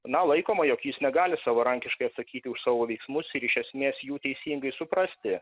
na laikoma jog jis negali savarankiškai atsakyti už savo veiksmus ir iš esmės jų teisingai suprasti